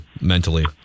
mentally